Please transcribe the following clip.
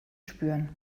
spüren